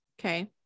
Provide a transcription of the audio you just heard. Okay